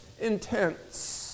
intense